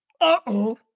Uh-oh